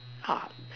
hard